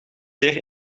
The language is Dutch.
zeer